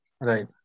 Right